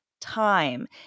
time